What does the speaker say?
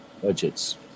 Budget's